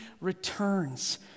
returns